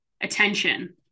attention